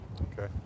Okay